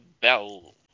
bell